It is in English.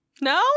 no